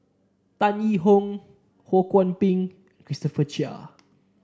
Tan Yee Hong Ho Kwon Ping Christopher Chia